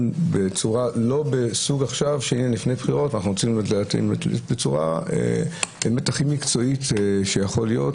בצורה לא ב --- לפני בחירות אלא בצורה הכי מקצועית שיכולה להיות,